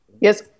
yes